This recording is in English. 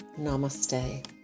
Namaste